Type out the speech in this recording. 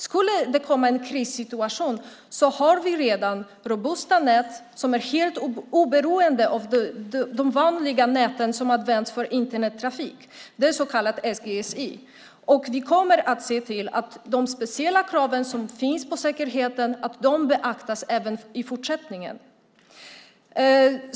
Skulle det bli en krissituation har vi redan robusta nät som är helt oberoende av de vanliga näten som används för Internettrafik, så kallad SGSI. Vi kommer att se till att de speciella krav som finns på säkerheten beaktas även i fortsättningen.